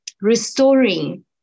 restoring